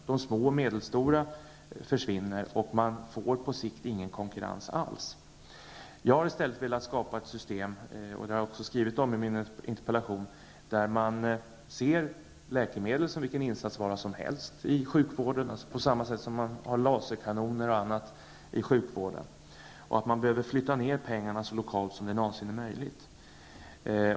De små och medelstora försvinner. Man får på sikt ingen konkurrens alls. Jag har i stället velat skapa ett system -- som jag också skrivit om i min interpellation -- där man ser läkemedel som vilken insatsvara som helst i sjukvården, t.ex. på samma sätt som man har laserkanoner och annat i sjukvården. Man behöver flytta ned pengarna så lokalt som det någonsin är möjligt.